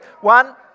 One